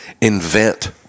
invent